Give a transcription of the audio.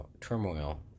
turmoil